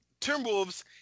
Timberwolves